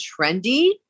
trendy